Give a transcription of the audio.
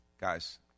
guys